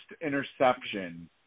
interception